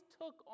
took